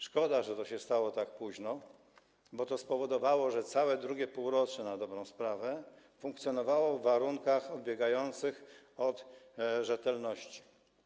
Szkoda, że to się stało tak późno, bo to spowodowało, że przez całe II półrocze na dobrą sprawę funkcjonowało to w warunkach odbiegających od rzetelności.